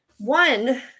One